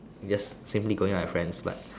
just simply going out with friends but